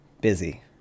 Busy